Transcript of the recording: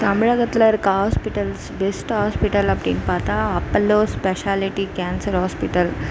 தமிழகத்தில் இருக்கற hospitals best hospital அப்படின் பார்த்தா அப்பல்லோ ஸ்பெஷாலிட்டி கேன்சர் ஹாஸ்பிடல்